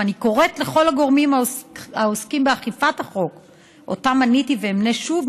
ואני קוראת לכל הגורמים העוסקים באכיפת החוק שאותם מניתי ואמנה שוב,